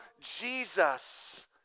Jesus